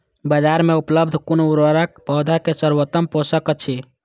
बाजार में उपलब्ध कुन उर्वरक पौधा के सर्वोत्तम पोषक अछि?